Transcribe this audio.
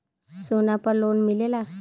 सोना पर लोन मिलेला?